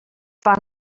fan